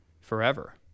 forever